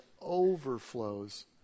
overflows